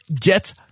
Get